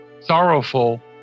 sorrowful